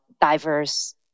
diverse